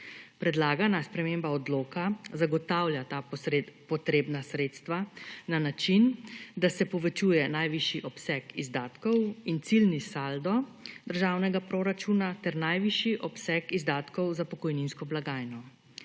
Predlagana sprememba odloka zagotavlja ta potrebna sredstva na način, da se povečuje najvišji obseg izdatkov in ciljni saldo državnega proračuna ter najvišji obseg izdatkov za pokojninsko blagajno.